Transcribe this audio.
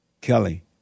Kelly